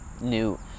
new